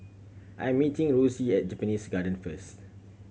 I'm meeting Rosie at Japanese Garden first